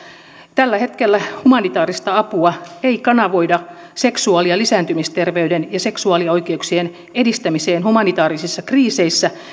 tällä hetkellä humanitaarista apua ei kanavoida seksuaali ja lisääntymisterveyden ja seksuaalioikeuksien edistämiseen humanitaarisissa kriiseissä